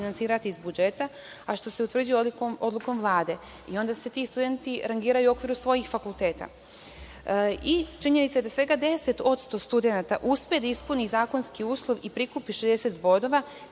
finansirati iz budžeta, a što se utvrđuje odlukom Vlade, i onda se ti studenti rangiraju u okviru svojih fakulteta. Činjenica je da svega 10% studenata uspe da ispuni zakonski uslov i prikupi 60 bodova,